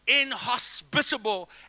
inhospitable